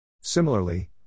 Similarly